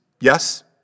yes